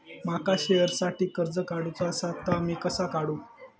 माका शेअरसाठी कर्ज काढूचा असा ता मी कसा काढू?